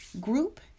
group